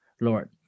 Lord